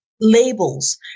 labels